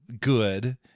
good